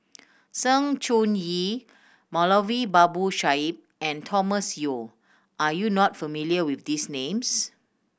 Sng Choon Yee Moulavi Babu Sahib and Thomas Yeo are you not familiar with these names